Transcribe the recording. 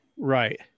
right